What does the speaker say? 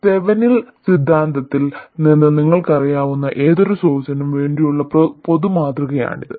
Thevenin സിദ്ധാന്തത്തിൽ Thevenin's theorem നിന്ന് നിങ്ങൾക്കറിയാവുന്ന ഏതൊരു സോഴ്സിനും വേണ്ടിയുള്ള പൊതു മാതൃകയാണിത്